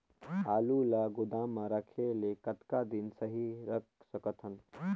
आलू ल गोदाम म रखे ले कतका दिन सही रख सकथन?